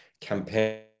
campaign